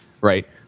right